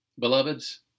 Beloveds